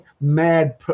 mad